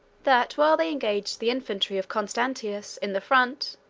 that, while they engaged the infantry of constantius in the front,